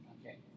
Okay